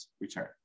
return